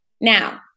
Now